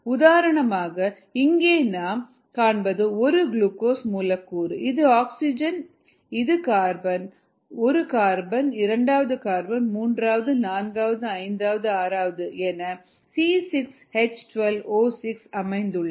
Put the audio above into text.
உதாரணமாக இங்கே நாம் காண்பது 1 குளுக்கோஸ் மூலக்கூறு இது ஆக்ஸிஜன் இது carbon 1 carbon 2 carbon 3 carbon 4 carbon 5 carbon 6 என C6H12O6 அமைந்துள்ளது